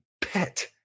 pet